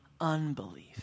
unbelief